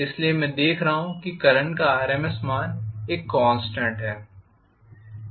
इसलिए मैं देख रहा हूं कि करंट का RMSमान एक कॉन्स्टेंट है